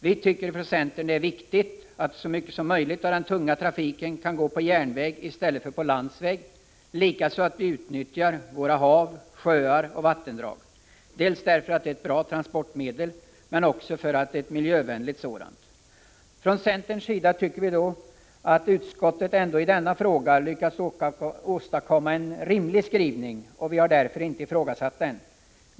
Vi tycker det är viktigt att så mycket som möjligt av den tunga trafiken kan gå på järnväg i stället för på landsväg liksom att vi utnyttjar hav, sjöar och vattendrag. Dels är dessa bra transportmedel, dels är de miljövänliga. Från centerns sida tycker vi dock att utskottet i denna fråga har lyckats åstadkomma en rimlig skrivning, och vi har inte ifrågasatt den.